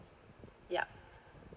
ya